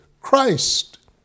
Christ